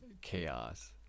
chaos